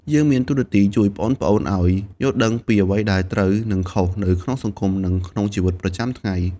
យើងមានតួនាទីជួយប្អូនៗឲ្យយល់ដឹងពីអ្វីដែលត្រូវ និងខុស នៅក្នុងសង្គម និងក្នុងជីវិតប្រចាំថ្ងៃ។